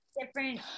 different